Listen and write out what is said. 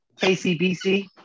KCBC